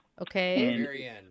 Okay